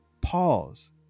pause